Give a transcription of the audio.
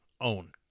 own